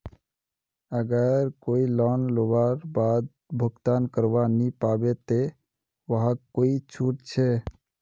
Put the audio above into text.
अगर कोई लोन लुबार बाद भुगतान करवा नी पाबे ते वहाक कोई छुट छे?